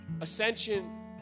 Ascension